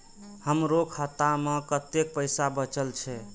हमरो खाता में कतेक पैसा बचल छे?